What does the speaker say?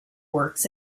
works